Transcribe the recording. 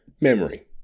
memory